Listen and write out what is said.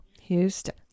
Houston